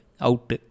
out